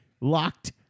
locked